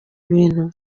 bintu